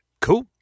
Cool